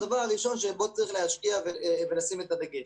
זה הדבר הראשון שבו צריך להשקיע ולשים עליו את הדגש.